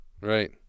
Right